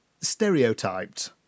stereotyped